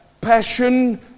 Passion